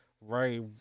right